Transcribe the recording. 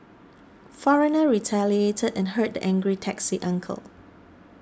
foreigner retaliated and hurt the angry taxi uncle